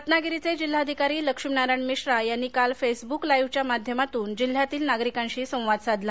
रत्नागिरीचे जिल्हाधिकारी लक्ष्मीनारायण मिश्रा यांनी काल फेसबुक लाइव्हच्या माध्यमातून जिल्ह्यातील नागरिकांची संवाद साधला